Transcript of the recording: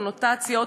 קונוטציות,